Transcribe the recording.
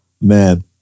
Man